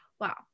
wow